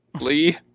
Lee